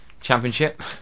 championship